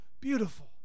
beautiful